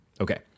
Okay